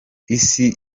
isi